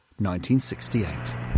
1968